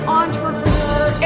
entrepreneur